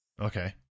Okay